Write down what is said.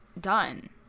done